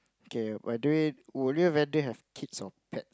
K by the way would you rather have kids or pets